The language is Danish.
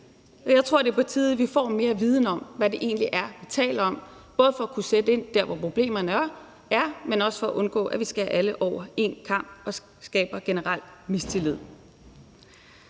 jeg tror, det er på tide, at vi får mere viden om, hvad det egentlig er, vi taler om, både for at kunne sætte ind der, hvor problemerne er, men også for at undgå, at vi skærer alle over én kam og skaber generel mistillid.